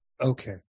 Okay